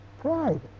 Pride